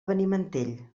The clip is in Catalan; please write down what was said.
benimantell